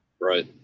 Right